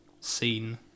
scene